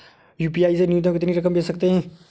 UPI से न्यूनतम कितनी रकम भेज सकते हैं?